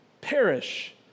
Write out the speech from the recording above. perish